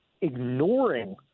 ignoring